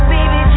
Baby